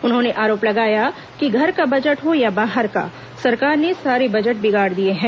उन्होंने आरोप लगाया कि घर का बजट हो या बाहर का सरकार ने सारे बजट बिगाड़ दिए हैं